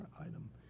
item